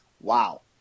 wow